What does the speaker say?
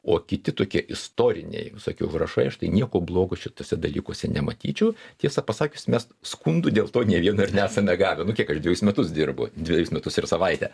o kiti tokie istoriniai visokie užrašai aš tai nieko blogo šituose dalykuose nematyčiau tiesą pasakius mes skundų dėl to nė vieno ir nesame gavę nu kiek aš dvejus metus dirbu dvejus metus ir savaitę